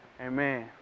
Amen